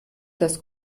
das